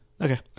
Okay